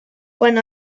quan